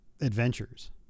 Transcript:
adventures